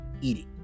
eating